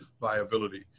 viability